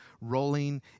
rolling